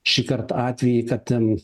šįkart atvejį kad ten